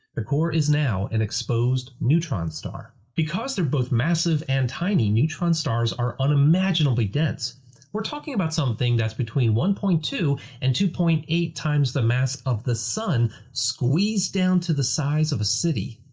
ah core is now an exposed neutron star. because they're both massive and tiny, neutron stars are unimaginably dense we're talking about something that's between one point two and two point eight times the mass of the sun squeezed down to the size of a city!